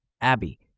Abby